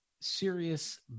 serious